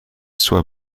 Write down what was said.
soit